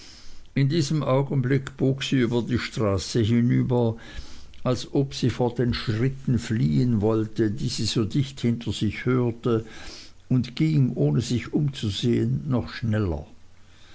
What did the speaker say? in diesem augenblick bog sie über die straße hinüber als ob sie vor den schritten fliehen wollte die sie so dicht hinter sich hörte und ging ohne sich umzusehen noch schneller